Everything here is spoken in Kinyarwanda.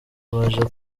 baje